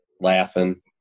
laughing